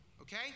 okay